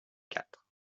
quatre